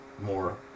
more